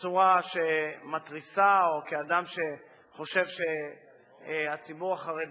בצורה שמתריסה, או כאדם שחושב שהציבור החרדי